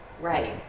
Right